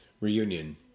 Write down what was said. reunion